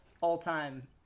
all-time